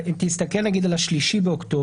תסתכל נגיד על ה-3 באוקטובר,